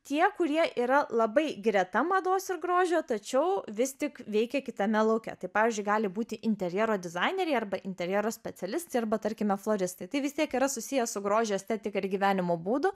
tie kurie yra labai greta mados ir grožio tačiau vis tik veikia kitame lauke tai pavyzdžiui gali būti interjero dizaineriai arba interjero specialistai arba tarkime floristai tai vis tiek yra susiję su grožio estetika ir gyvenimo būdu